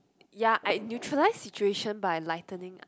ya I neutralise situation by lightening